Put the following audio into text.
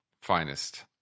finest